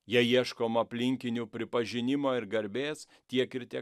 jei ieškom aplinkinių pripažinimo ir garbės tiek ir te